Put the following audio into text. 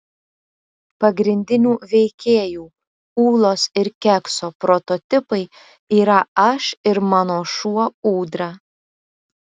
pagrindinių veikėjų ūlos ir kekso prototipai yra aš ir mano šuo ūdra